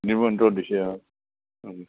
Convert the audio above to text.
নিমন্ত্ৰণ দিছে অঁ